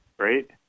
right